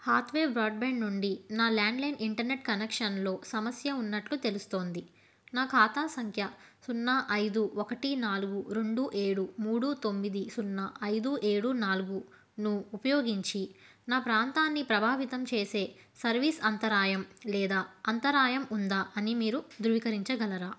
Hathway broadband నుండి నా landline internet కనెక్షన్లో సమస్య ఉన్నట్లు తెలుస్తోంది నా ఖాతా సంఖ్య సున్నా ఐదు ఒకటి నాలుగు రెండు ఏడు మూడు తొమ్మిది సున్నా ఐదు ఏడు నాలుగును ఉపయోగించి నా ప్రాంతాన్ని ప్రభావితం చేసే సర్వీస్ అంతరాయం లేదా అంతరాయం ఉందా అని మీరు ధృవీకరించగలరా